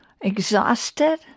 exhausted